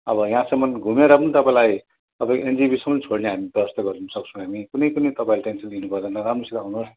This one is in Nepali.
अब यहाँसम्म घुमेर पनि तपाईँलाई तपाईँ एनजेपीसम्म छोड्ने हामी व्यवस्था गरिदिन सक्छौँ हामी कुनैपनि तपाईँहरूले टेन्सन लिनु पर्दैन राम्रोसित आउनुहोस्